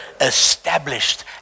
established